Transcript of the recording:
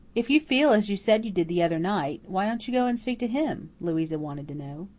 if you feel as you said you did the other night, why didn't you go and speak to him? louisa wanted to know.